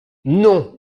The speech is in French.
non